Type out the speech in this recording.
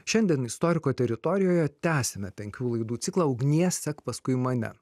šiandien istoriko teritorijoje tęsiame penkių laidų ciklą ugnie sek paskui mane